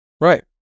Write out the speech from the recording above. Right